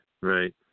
Right